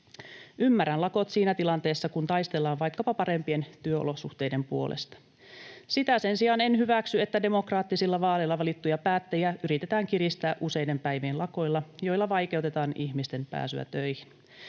Ymmärrän lakot siinä tilanteessa, kun taistellaan vaikkapa parempien työolosuhteiden puolesta. Sitä sen sijaan en hyväksy, että demokraattisilla vaaleilla valittuja päättäjiä yritetään kiristää useiden päivien lakoilla, joilla vaikeutetaan ihmisten pääsyä töihin.